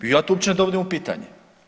Ja to uopće ne dovodim u pitanje.